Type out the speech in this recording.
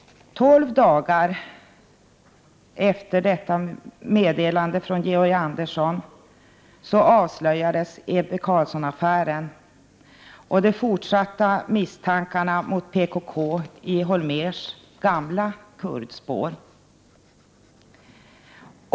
12 dagar efter detta meddelande från Georg Andersson avslöjades Ebbe Carlsson-affären och de fortsatta misstankarna mot PKK i Holmérs gamla ”kurdspår”.